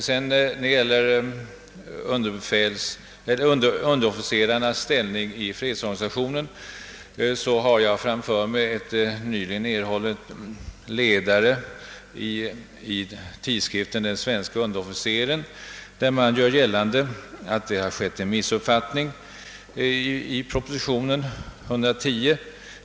Vad beträffar frågan om underofficerarnas ställning i fredsorganisationen har jag framför mig en ledande artikel som stod att läsa i senaste numret av tidskriften Den svenske underofficeren, där det görs gällande att det föreligger en misstolkning i proposition nr 110.